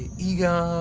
egon!